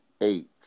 eight